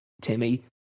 Timmy